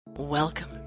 Welcome